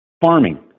farming